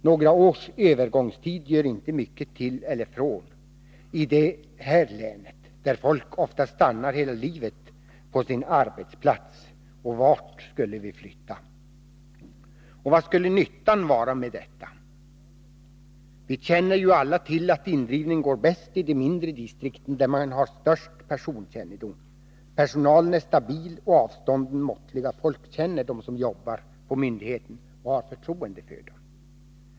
Några års övergångstid gör inte mycket till eller från i det här länet, där folk ofta stannar hela livet på sin arbetsplats. Och vart skulle vi flytta? Och vad skulle nyttan vara med detta? Vi känner ju alla till att indrivningen går bäst i de mindre distrikten, där man har störst personkännedom. Personalen är stabil och avstånden måttliga: folk känner dem som jobbar på myndigheten och har förtroende för dem.